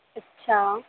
ਅੱਛਾ